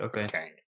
okay